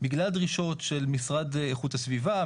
בגלל דרישות של משרד איכות הסביבה,